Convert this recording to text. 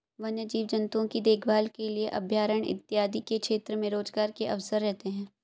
वन्य जीव जंतुओं की देखभाल के लिए अभयारण्य इत्यादि के क्षेत्र में रोजगार के अवसर रहते हैं